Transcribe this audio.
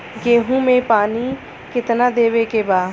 गेहूँ मे पानी कितनादेवे के बा?